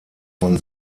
von